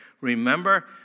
remember